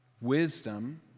wisdom